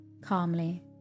Calmly